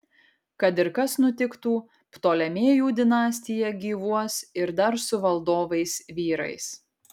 kad ir kas nutiktų ptolemėjų dinastija gyvuos ir dar su valdovais vyrais